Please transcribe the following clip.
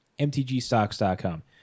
mtgstocks.com